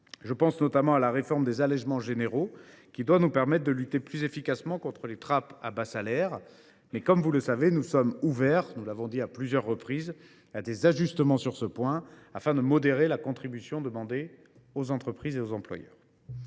Je pense notamment à celle des allégements généraux, qui doit nous permettre de lutter plus efficacement contre les trappes à bas salaires. Mais, comme vous le savez – nous l’avons dit à plusieurs reprises –, nous sommes ouverts à des ajustements sur ce point, afin de modérer la contribution demandée aux entreprises et aux employeurs.